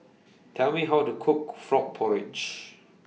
Tell Me How to Cook Frog Porridge